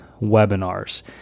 webinars